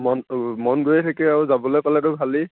মন মন গৈয়ে থাকে আৰু যাবলৈ পালেতো ভালেই